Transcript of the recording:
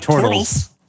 turtles